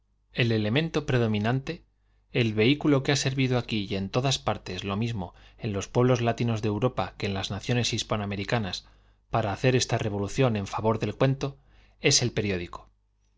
cuentistas españoles nante el vehículo que ha servido aquí y en todas partes lo mismo en los pueblos latinos de europa que en las nacio nes hispanoamericanas para hacer esta revolución en favor del cuento el es periódico